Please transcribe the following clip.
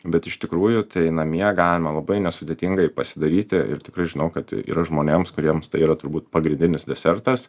bet iš tikrųjų tai namie galima labai nesudėtingai pasidaryti ir tikrai žinau kad yra žmonėms kuriems tai yra turbūt pagrindinis desertas